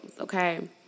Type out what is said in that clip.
Okay